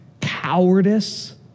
cowardice